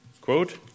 quote